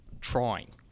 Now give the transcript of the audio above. trying